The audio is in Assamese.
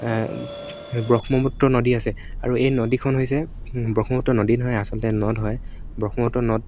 সেই ব্ৰহ্মপুত্ৰ নদী আছে আৰু এই নদীখন হৈছে ব্ৰহ্মপুত্ৰ নদী নহয় আচলতে নদ হয় ব্ৰহ্মপুত্ৰ নদ